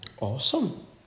awesome